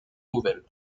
nouvelles